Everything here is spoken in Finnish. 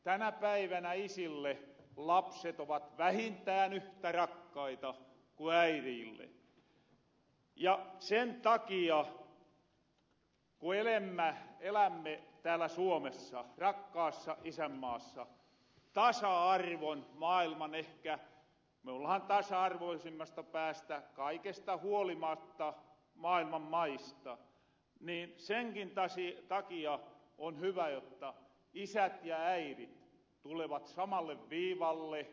tänä päivänä isille lapset ovat vähintään yhtä rakkaita ku äiriille ja ku elämme täällä suomessa rakkaassa isänmaassa ehkä me ollahan tasa arvoisimmasta päästä kaikesta huolimatta maailman maista niin senkia takia on hyvä jotta isät ja äirit tulevat samalle viivalle